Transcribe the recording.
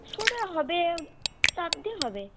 শোটা হবে চারদিন হবে